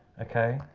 okay,